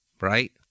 right